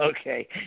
Okay